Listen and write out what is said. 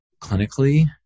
clinically